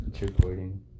Recording